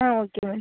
ah okay ma'am